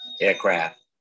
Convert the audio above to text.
aircraft